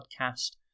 podcast